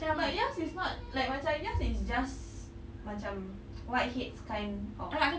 but yours is not like macam yours is just macam white heads kind of